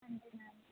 ਹਾਂਜੀ ਮੈਮ